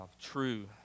True